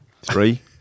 Three